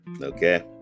okay